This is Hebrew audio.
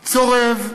צורב,